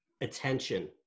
attention